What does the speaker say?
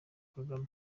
kagame